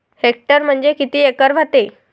Hectare म्हणजे किती acre व्हते?